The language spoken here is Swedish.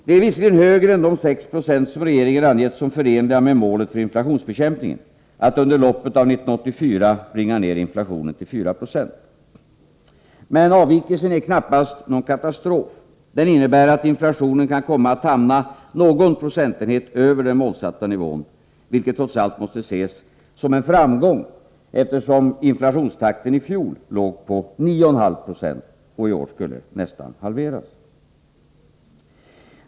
Det är visserligen högre än de 6 Zo som regeringen angett som förenliga med målet för inflationsbekämpningen, nämligen att under loppet av 1984 bringa ned inflationen till 4960. Men avvikelsen är knappast någon katastrof. Den innebär att inflationen kan komma att hamna någon procentenhet över den målsatta nivån, vilket trots allt måste ses som en framgång, eftersom inflationstakten i fjol låg på 9,5 96 och i år nästan halveras.